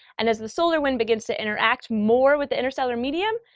and as the solar wind begins to interact more with the interstellar medium,